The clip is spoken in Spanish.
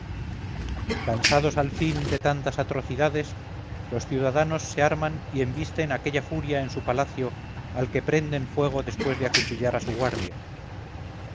cansados al fin de tantas atrocidades los ciudadanos se arman y embisten a aquella furia en su palacio al que prenden fuego después de acuchillar a su guardia